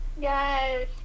yes